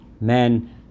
men